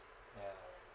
ya